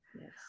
Yes